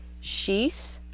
sheath